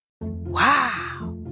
Wow